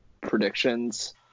predictions